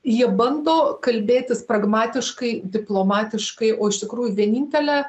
jie bando kalbėtis pragmatiškai diplomatiškai o iš tikrųjų vienintelė